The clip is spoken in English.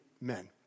men